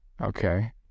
Okay